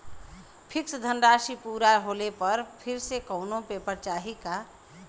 Fix धनराशी पूरा होले पर फिर से कौनो पेपर चाही का?